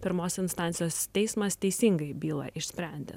pirmos instancijos teismas teisingai bylą išsprendė